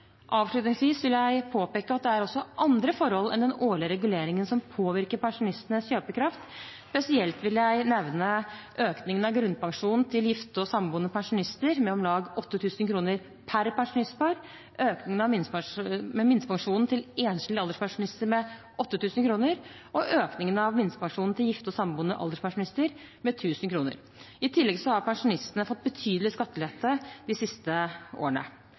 Avslutningsvis vil jeg påpeke at det også er andre forhold enn den årlige reguleringen som påvirker pensjonistenes kjøpekraft. Spesielt vil jeg nevne økningen av grunnpensjonen til gifte og samboende pensjonister med om lag 8 000 kr per pensjonistpar, økningen av minstepensjonen til enslige alderspensjonister med 8 000 kr og økningen av minstepensjonen til gifte og samboende alderspensjonister med 1 000 kr. I tillegg har pensjonistene fått betydelig skattelette de siste årene.